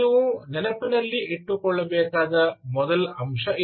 ನೀವು ನೆನಪಿನಲ್ಲಿಟ್ಟುಕೊಳ್ಳಬೇಕಾದ ಮೊದಲ ಅಂಶ ಇದು